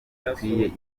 ikwiye